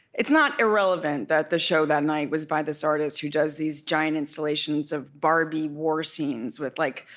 it's not irrelevant that the show that night was by this artist who does these giant installations of barbie war scenes, with, like,